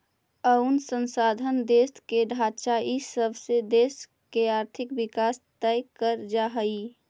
अउर संसाधन, देश के ढांचा इ सब से देश के आर्थिक विकास तय कर जा हइ